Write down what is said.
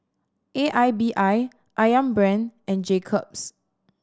A I B I Ayam Brand and Jacob's